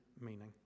meaning